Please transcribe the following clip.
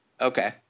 Okay